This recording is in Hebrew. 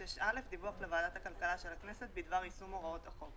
"דיווח לוועדת הכלכלה של הכנסת בדבר יישום הוראות החוק